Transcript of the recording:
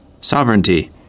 Sovereignty